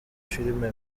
filime